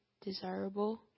desirable